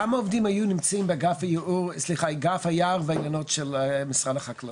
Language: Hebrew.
כמה עובדים היו נמצאים באגף היער והאילנות של משרד החקלאות?